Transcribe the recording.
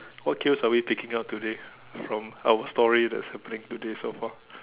what cues are we picking up today from our story that is happening today so far